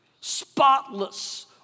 spotless